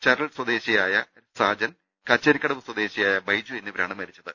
ചരൾ സ്വദേശിയായ സാജൻ കച്ചേരിക്കടവ് സ്വദേശിയായ ബൈജു എന്നിവരാണ് മരിച്ചത്